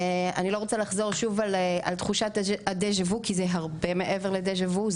אני לא רוצה לחזור שוב על תחושת הדה-ז'ה-וו כי זה הרבה מעבר לדה-ז'ה-וו,